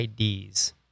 IDs